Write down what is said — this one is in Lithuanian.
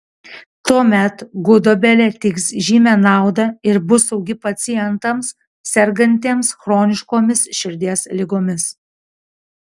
tuomet gudobelė teiks žymią naudą ir bus saugi pacientams sergantiems chroniškomis širdies ligomis